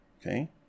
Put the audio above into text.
Okay